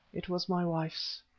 it was my wife's.